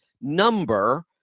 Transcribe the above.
number